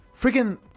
Freaking